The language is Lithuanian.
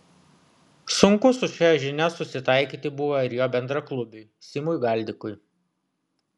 sunku su šia žinia susitaikyti buvo ir jo bendraklubiui simui galdikui